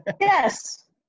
Yes